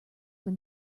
when